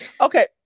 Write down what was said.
Okay